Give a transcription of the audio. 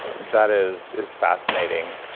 that is is fascinating.